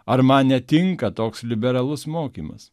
ar man netinka toks liberalus mokymas